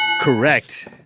Correct